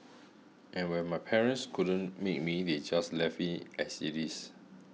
and when my parents couldn't make me they just left me as it is